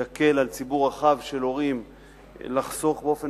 יקל על ציבור רחב של הורים לחסוך באופן